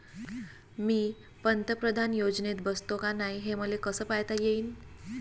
मी पंतप्रधान योजनेत बसतो का नाय, हे मले कस पायता येईन?